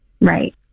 right